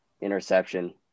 interception